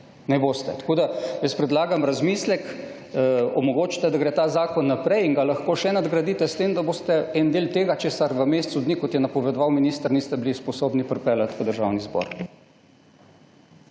Ne boste. Tako, da jaz predlagam razmislek, omogočite, da gre ta zakon naprej in ga lahko še nadgradite, s tem da boste en del tega, česar v mesecu dni, tako kot je napovedoval minister niste bili sposoben pripeljati v Državni zbor.